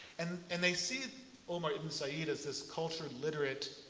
and and they see omar ibn said as this cultured, literate